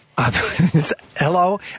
Hello